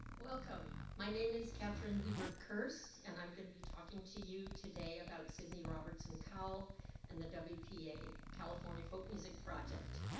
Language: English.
welcome. my name is catherine hiebert kerst and i'm going to be talking to you today about sidney robertson cowell and the wpa california folk music project.